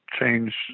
change